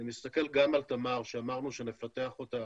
אני מסתכל גם על תמר שאמרנו שנפתח אותה